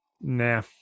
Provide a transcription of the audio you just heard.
nah